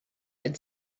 had